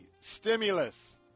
Stimulus